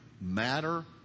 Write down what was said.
matter